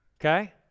Okay